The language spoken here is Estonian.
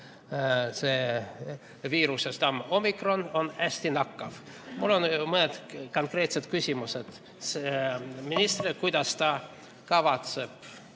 viiruse-štambomikron on hästi nakkav. Mul on mõned konkreetsed küsimused ministrile, kuidas ta kavatseb